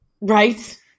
Right